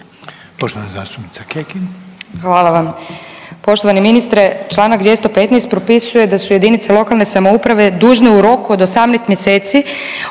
Poštovani ministre, čl. 215. propisuje da su jedinice lokalne samouprave dužne u roku od 18 mjeseci